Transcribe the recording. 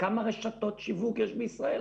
כמה רשתות שיווק יש בישראל?